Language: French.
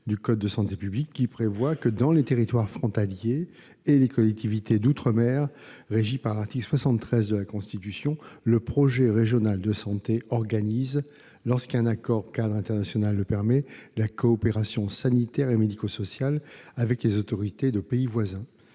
du code de santé publique, qui prévoit que « dans les territoires frontaliers et les collectivités régies par l'article 73 de la Constitution, le projet régional de santé organise, lorsqu'un accord-cadre international le permet, la coopération sanitaire et médico-sociale avec les autorités du pays voisin.